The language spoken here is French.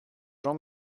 jean